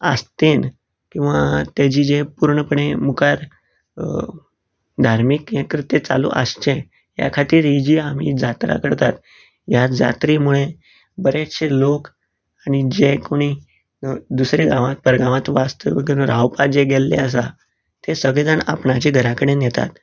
आस्तेन किंवां तेजे जे पुर्णपणे मुखार धार्मीक हे कृत्य चालू आसचें ह्या खातीर हे जी हां आमी जात्रा करतात ह्या जात्रेमूळे बरेचशे लोक आनी जे कोणी दुसरे गावांत बेळगांवांत वास्तू करून रावपाक जे गेल्ले आसा ते सगळे जाण आपणाच्या घरा कडेन येतात